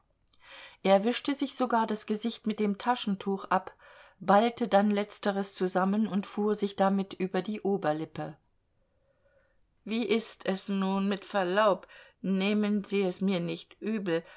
er wischte sich sogar das gesicht mit dem taschentuch ab ballte dann letzteres zusammen und fuhr sich damit über die oberlippe wie ist es nun mit verlaub nehmen sie es mir nicht übel